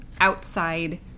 outside